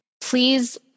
please